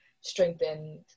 strengthened